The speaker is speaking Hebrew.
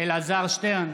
אלעזר שטרן,